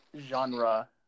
genre